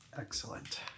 Excellent